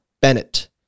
Bennett